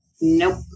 nope